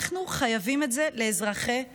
אנחנו חייבים את זה לאזרחי ישראל.